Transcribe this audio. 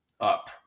up